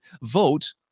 vote